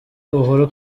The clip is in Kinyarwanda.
uhuru